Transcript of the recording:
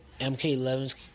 MK11's